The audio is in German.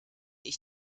ich